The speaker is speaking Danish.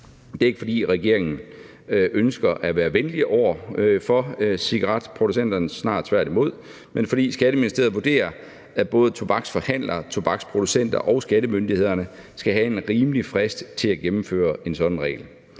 Det er ikke, fordi regeringen ønsker at være venlig over for cigaretproducenterne, snarere tværtimod, men fordi Skatteministeriet vurderer, at både tobaksforhandlere, tobaksproducenter og skattemyndighederne skal have en rimelig frist til at gennemføre en sådan regel.